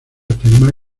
afirma